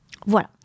Voilà